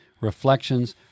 Reflections